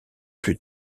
plus